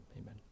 Amen